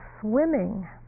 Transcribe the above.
swimming